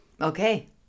Okay